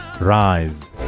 rise